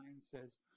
says